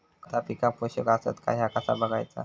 खता पिकाक पोषक आसत काय ह्या कसा बगायचा?